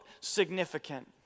significant